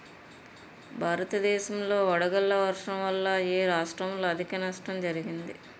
భారతదేశం లో వడగళ్ల వర్షం వల్ల ఎ రాష్ట్రంలో అధిక నష్టం జరిగింది?